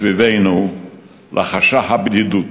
מסביבנו לחשה הבדידות